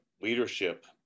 leadership